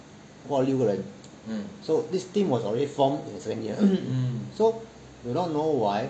差不多六个人 so this team was already formed in second year so do not know why